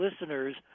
listeners